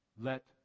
let